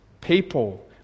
people